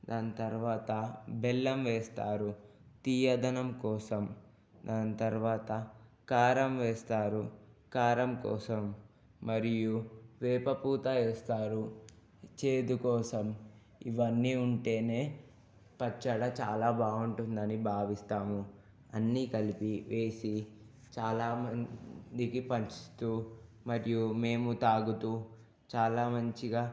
దాని తర్వాత బెల్లం వేస్తారు తీయదనం కోసం దాని తర్వాత కారం వేస్తారు కారం కోసం మరియు వేప పూత వేస్తారు చేదు కోసం ఇవన్నీ ఉంటేనే పచ్చడి చాలా బాగుంటుందని భావిస్తాము అన్నీ కలిపి వేసి చాలా మందికి పంచుతూ మరియు మేము తాగుతూ చాలా మంచిగా